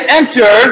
enter